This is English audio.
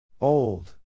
Old